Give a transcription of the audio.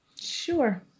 Sure